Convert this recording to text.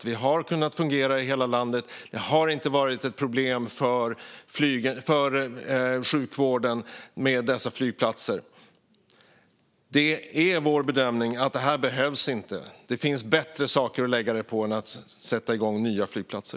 Det har fungerat i hela landet. Det har inte varit ett problem för sjukvården med dessa flygplatser. Det är vår bedömning att det här inte behövs. Det finns bättre saker att lägga pengarna på än att sätta igång nya flygplatser.